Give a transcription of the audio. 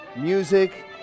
music